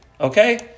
Okay